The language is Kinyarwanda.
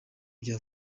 bya